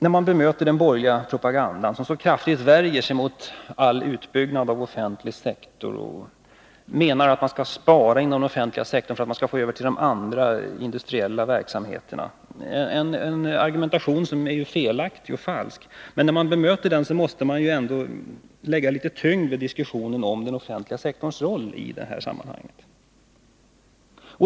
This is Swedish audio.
När vi bemöter den borgerliga propagandan som så kraftigt värjer sig mot all utbyggnad av den offentliga sektorn och som menar att man skall spara inom den offentliga sektorn för att få medel över till de andra industriella verksamheterna — en argumentation som är felaktig och falsk — måste vi ju ändå lägga litet tyngd i diskussionen om den offentliga sektorns roll i detta sammanhang.